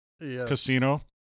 casino